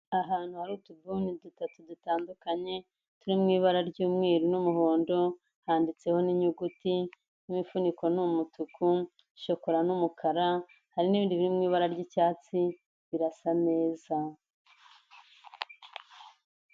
Ahantu hari utubuni dutatu dutandukanye, turiw ibara ry'umweru n'umuhondo, handitseho n'inyuguti n'imifuniko n umutuku shokorara n'umukara hari n'ibindi biri mu ibara ry'icyatsi birasa neza.